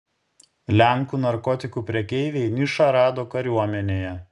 lenkų narkotikų prekeiviai nišą rado kariuomenėje